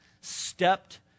stepped